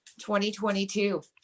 2022